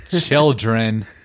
children